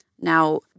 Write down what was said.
Now